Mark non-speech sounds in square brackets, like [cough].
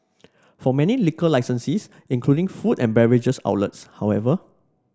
[noise] for many liquor licensees including food and beverage outlets however